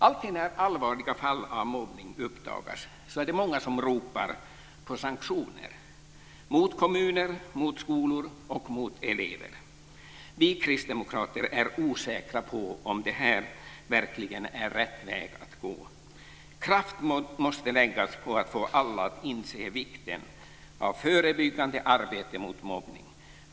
Alltid när allvarliga fall av mobbning uppdagas är det många som ropar på sanktioner mot kommuner, mot skolor och mot elever. Vi kristdemokrater är osäkra på om det verkligen är rätt väg att gå. Kraft måste läggas på att få alla att inse vikten av förebyggande arbete mot mobbning.